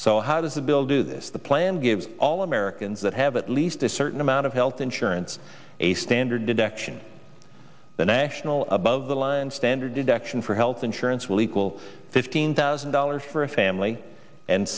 so how does a bill do this the plan gives all americans that have at least a certain amount of health insurance a standard deduction the national above the line standard deduction for health insurance will equal fifteen thousand dollars for a family and